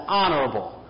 honorable